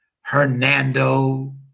Hernando